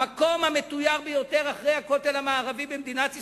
זה המקום המתויר ביותר אחרי הכותל המערבי במדינת ישראל,